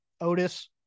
Otis